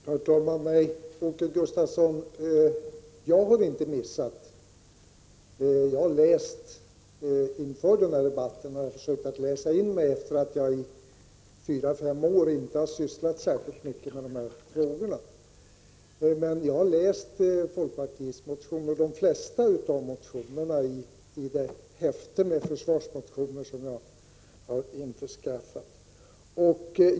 Herr talman! Jag kan säga till Åke Gustavsson att jag inte har missat någonting. Jag har läst utförligt och försökt läsa in mig, eftersom att jag i fyra fem år inte sysslat särskilt mycket med dessa frågor. Jag har läst folkpartiets motion, liksom de flesta motionerna i det häfte med försvarsmotioner som jag införskaffat.